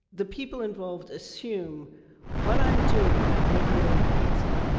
the people involved assume what i! m doing when i order a pizza